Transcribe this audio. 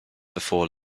before